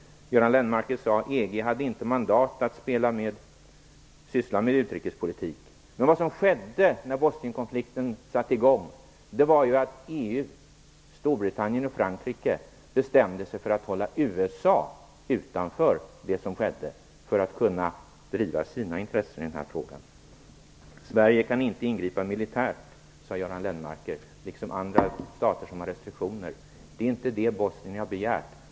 Göran Lennmarker sade att EG inte hade mandat att syssla med utrikespolitik. Men vad som skedde när Bosnienkonflikten inleddes var ju att EU - Storbritannien och Frankrike - bestämde sig för att hålla USA utanför det som skedde för att kunna driva sina intressen i frågan. Sverige liksom andra stater som har restriktioner kan inte ingripa militärt, sade Göran Lennmarker. Det är inte det som Bosnien har begärt.